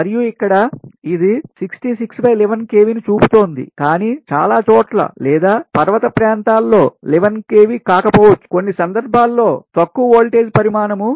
మరియు ఇక్కడ ఇది 6611 kVని చూపుతోంది కానీ చాలా చోట్ల లేదా పర్వత ప్రాంతాల్లో 11 kV కాకపోవచ్చు కొన్ని సందర్భాల్లో తక్కువ వోల్టేజ్ పరిమాణము 6